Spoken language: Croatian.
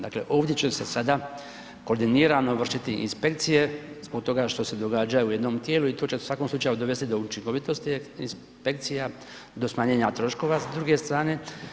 Dakle, ovdje će se sada koordinirano vršiti inspekcije zbog toga što se događa u jednom tijelu i to će u svakom slučaju dovesti do učinkovitosti inspekcija, do smanjenja troškova, s druge strane.